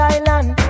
Island